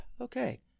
Okay